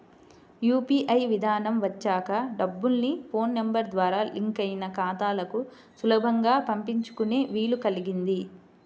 UPI విధానం వచ్చాక డబ్బుల్ని ఫోన్ నెంబర్ ద్వారా లింక్ అయిన ఖాతాలకు సులభంగా పంపించుకునే వీలు కల్గింది